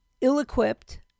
ill-equipped